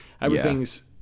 everything's